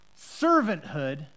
servanthood